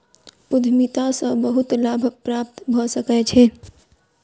उद्यमिता सॅ बहुत लाभ प्राप्त भ सकै छै